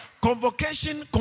Convocation